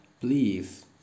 please